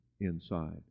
inside